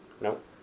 Nope